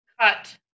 cut